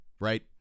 right